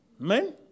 Amen